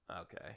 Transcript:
Okay